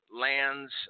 lands